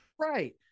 Right